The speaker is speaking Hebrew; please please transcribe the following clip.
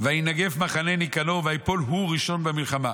"ויינגף מחנה ניקנור וייפול הוא ראשון במלחמה.